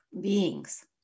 beings